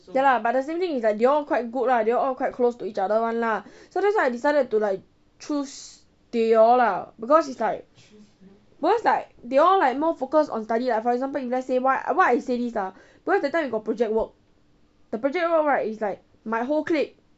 ya lah but the same thing is like they all quite good lah they all quite close to each other [one] lah so I choose they all lah because it's like because like they all like more focused on study lah for example let's say why I say this ah because that time we go project work the project work right is like my whole clique